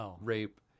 rape